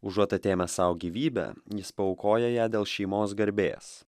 užuot atėmęs sau gyvybę jis paaukoja ją dėl šeimos garbės